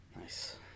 Nice